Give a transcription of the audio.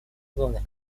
главных